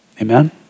Amen